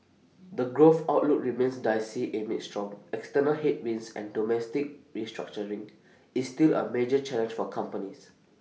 the growth outlook remains dicey amid strong external headwinds and domestic restructuring is still A major challenge for companies